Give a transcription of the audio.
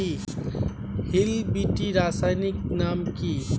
Hill বিটি রাসায়নিক নাম কি?